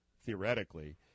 theoretically